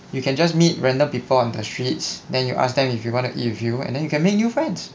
you can just meet random people on the streets then you ask them if they want to eat with you then you can make new friends